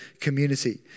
community